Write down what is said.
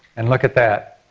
and look at that.